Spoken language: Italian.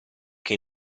che